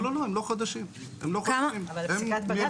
לא לא, הם לא חדשים, הם מ-2006.